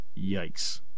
Yikes